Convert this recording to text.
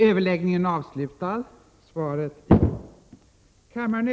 Fru talman!